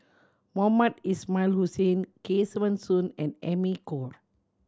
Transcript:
Mohamed Ismail Hussain Kesavan Soon and Amy Khor